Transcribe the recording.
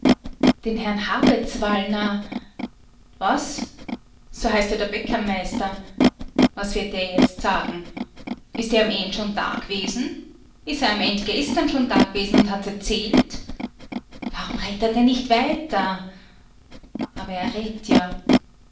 den herrn habetswallner was so heißt ja der bäckermeister was wird der jetzt sagen ist der am end schon dagewesen ist er am end gestern schon dagewesen und hat's erzählt warum red't er denn nicht weiter aber er red't ja